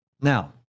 Now